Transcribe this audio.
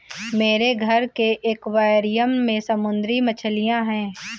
मेरे घर के एक्वैरियम में समुद्री मछलियां हैं